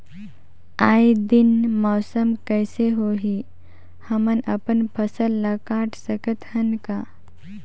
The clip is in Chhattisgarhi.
आय दिन मौसम कइसे होही, हमन अपन फसल ल काट सकत हन का?